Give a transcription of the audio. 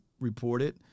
reported